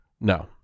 No